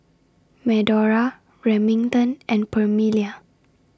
Medora Remington and Permelia